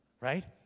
Right